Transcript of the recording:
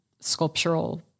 sculptural